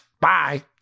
bye